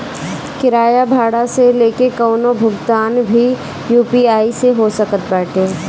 किराया भाड़ा से लेके कवनो भुगतान भी यू.पी.आई से हो सकत बाटे